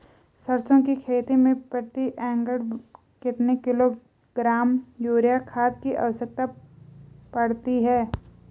सरसों की खेती में प्रति एकड़ कितने किलोग्राम यूरिया खाद की आवश्यकता पड़ती है?